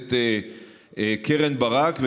הכנסת קרן ברק,